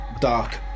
dark